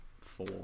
four